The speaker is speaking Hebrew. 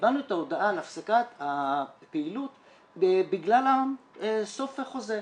את ההודעה על הפסקת הפעילות בגלל סוף חוזה.